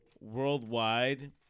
Worldwide